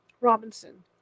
Robinson